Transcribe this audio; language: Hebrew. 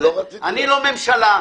אני לא ממשלה.